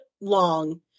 long